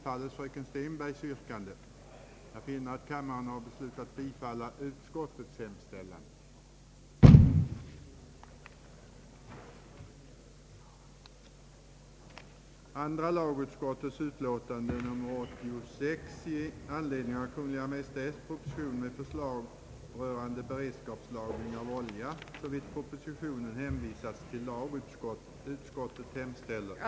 dels godkänna de riktlinjer som förordats i propositionen för den fortsatta beredskapslagringen av oljeprodukter; na för ett statligt gasollager uppginge till cirka 19,8 miljoner kronor.